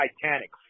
titanic